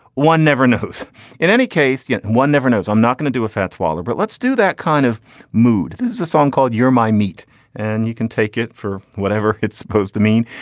one never knows in any case yet and one never knows i'm not going to do with fats waller but let's do that kind of mood. there's a song called you're my meat and you can take it for whatever it's supposed to mean.